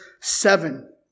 seven